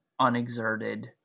unexerted